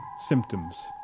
symptoms